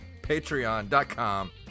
patreon.com